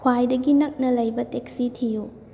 ꯈ꯭ꯋꯥꯏꯗꯒꯤ ꯅꯛꯅ ꯂꯩꯕ ꯇꯦꯛꯁꯤ ꯊꯤꯌꯨ